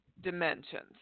dimensions